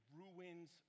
ruins